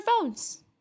phones